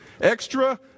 Extra